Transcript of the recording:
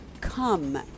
come